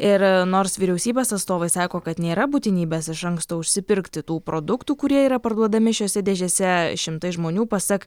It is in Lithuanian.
ir nors vyriausybės atstovai sako kad nėra būtinybės iš anksto užsipirkti tų produktų kurie yra parduodami šiose dėžėse šimtai žmonių pasak